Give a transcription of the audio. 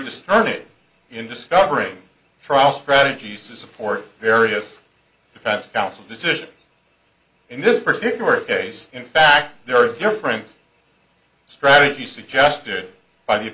in discovering trial strategies to support various defense counsel decision in this particular case in fact there are different strategies suggested by the